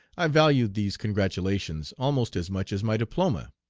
i valued these congratulations almost as much as my diploma.